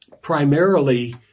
primarily